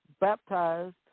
baptized